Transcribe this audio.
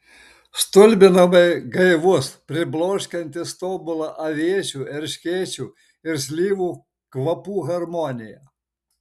stulbinamai gaivus pribloškiantis tobula aviečių erškėčių ir slyvų kvapų harmonija